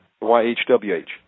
Y-H-W-H